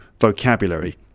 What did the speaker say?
vocabulary